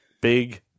Big